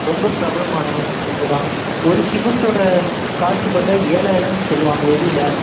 ரொம்ப பிரபலமானவங்க தான் ஒரு சிமெண்ட்டோட காஸ்ட் பார்த்தா ஏழாயிரமெனு சொல்லுவாங்க வெளியில்